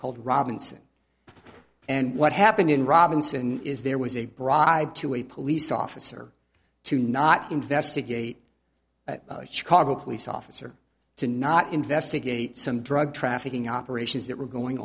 called robinson and what happened in robinson is there was a bribe to a police officer to not investigate chicago police officer to not investigate some drug trafficking operations that were going